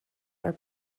are